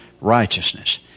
righteousness